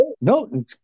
No